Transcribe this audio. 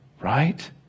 right